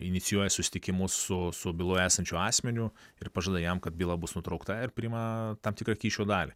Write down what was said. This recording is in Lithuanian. inicijuoja susitikimus su su byloje esančiu asmeniu ir pažada jam kad byla bus nutraukta ir prima tam tikrą kyšio dalį